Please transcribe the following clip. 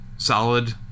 solid